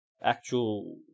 actual